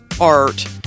art